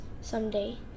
someday